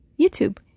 YouTube